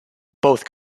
both